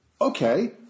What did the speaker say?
okay